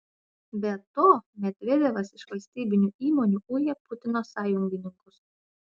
be to medvedevas iš valstybinių įmonių uja putino sąjungininkus